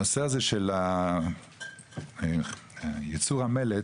הנושא הזה של הייצור המלט